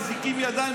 אזיקים בידיים,